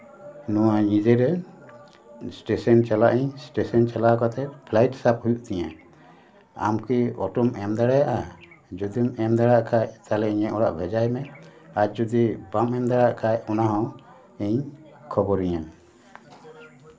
ᱱᱚᱣᱟ ᱧᱤᱫᱟᱹ ᱨᱮ ᱮᱥᱴᱮᱥᱚᱱ ᱪᱟᱞᱟᱜ ᱟᱹᱧ ᱮᱥᱴᱮᱥᱚᱱ ᱪᱟᱞᱟᱣ ᱠᱟᱛᱮᱫ ᱯᱷᱟᱞᱟᱭᱤᱴ ᱥᱟᱵ ᱦᱩᱭᱩᱜ ᱛᱤᱧᱟᱹ ᱟᱢ ᱠᱤ ᱚᱴᱳᱢ ᱮᱢ ᱫᱟᱲᱮᱭᱟᱜᱼᱟ ᱡᱩᱫᱤᱢ ᱮᱢ ᱫᱟᱲᱮᱭᱟᱜ ᱠᱷᱟᱱ ᱛᱟᱦᱞᱮ ᱤᱧᱟᱹᱜ ᱚᱲᱟᱜ ᱵᱷᱮᱡᱟᱭ ᱢᱮ ᱟᱨ ᱡᱩᱫᱤ ᱵᱟᱢ ᱮᱢ ᱫᱟᱲᱮᱭᱟᱜ ᱠᱷᱟᱱ ᱚᱱᱟᱦᱚᱸ ᱤᱧ ᱠᱷᱚᱵᱚᱨᱤᱧᱟᱹᱢ